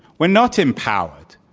we're not empowered.